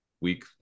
week